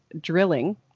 drilling